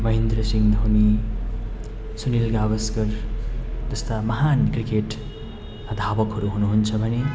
महिन्द्र सिंह धोनी सुनिल गावस्कर जस्ता महान क्रिकेट धावकहरू हुनुहुन्छ भने